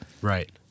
Right